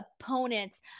opponents